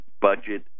budget